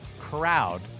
crowd